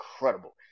incredible